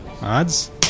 odds